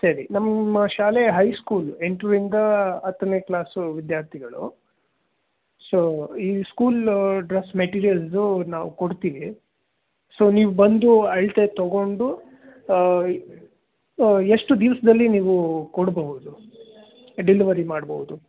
ಸರಿ ನಮ್ಮ ಶಾಲೆಯ ಹೈ ಸ್ಕೂಲು ಎಂಟರಿಂದ ಹತ್ತನೇ ಕ್ಲಾಸು ವಿದ್ಯಾರ್ಥಿಗಳು ಸೊ ಈ ಸ್ಕೂಲು ಡ್ರೆಸ್ ಮೆಟೀರಿಯಲ್ಸು ನಾವು ಕೊಡ್ತೀವಿ ಸೊ ನೀವು ಬಂದು ಅಳತೆ ತಗೊಂಡು ಎಷ್ಟು ದಿವಸದಲ್ಲಿ ನೀವು ಕೊಡಬಹುದು ಡೆಲಿವರಿ ಮಾಡ್ಬೌದು